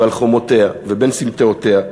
ועל חומותיה ובין סמטאותיה,